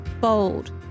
bold